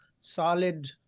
solid